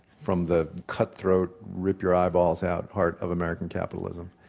from the cutthroat, rip-your-eyeballs-out heart of american capitalism.